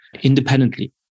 independently